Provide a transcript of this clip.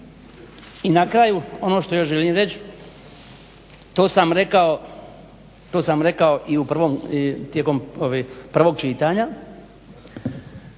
I na kraju ono što još želim reći to sam rekao i tijekom prvog čitanja